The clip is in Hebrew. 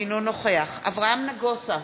אינו נוכח אברהם נגוסה,